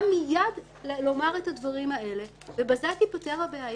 מיד לומר את הדברים האלה ובזה תיפתר הבעיה.